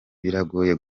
biragoye